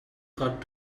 got